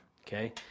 Okay